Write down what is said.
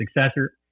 successor